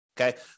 Okay